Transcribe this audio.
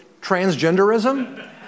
transgenderism